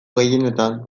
gehienetan